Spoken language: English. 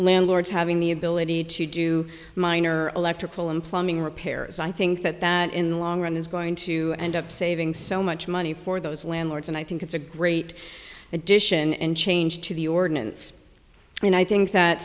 landlords having the ability to do minor electrical and plumbing repairs i think that that in the long run is going to end up saving so much money for those landlords and i think it's a great addition and change to the ordinance and i think that